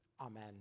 Amen